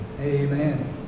Amen